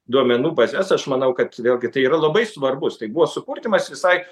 duomenų bazes aš manau kad vėlgi tai yra labai svarbus tai buvo supurtymas visai